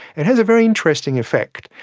it has a very interesting effect,